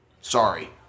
Sorry